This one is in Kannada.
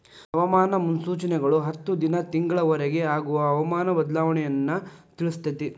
ಹವಾಮಾನ ಮುನ್ಸೂಚನೆಗಳು ಹತ್ತು ದಿನಾ ತಿಂಗಳ ವರಿಗೆ ಆಗುವ ಹವಾಮಾನ ಬದಲಾವಣೆಯನ್ನಾ ತಿಳ್ಸಿತೈತಿ